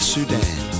Sudan